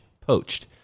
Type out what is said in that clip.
poached